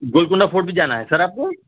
Golconda fort بھی جانا ہے سر آپ کو